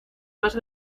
más